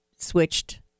switched